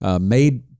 made